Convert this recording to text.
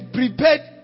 prepared